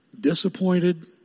disappointed